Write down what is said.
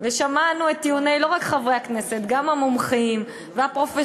ושמענו לא רק את טיעוני חברי הכנסת אלא גם את המומחים והפרופסורים,